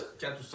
Quatre